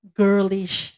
girlish